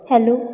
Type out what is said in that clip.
hello